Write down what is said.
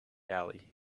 alley